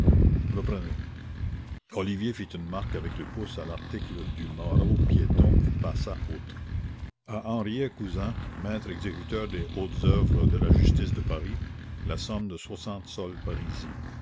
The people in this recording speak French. reprenez olivier fit une marque avec le pouce à l'article du maraud piéton et passa outre à henriet cousin maître exécuteur des hautes oeuvres de la justice de paris la somme de soixante sols parisis